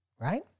right